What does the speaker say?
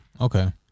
okay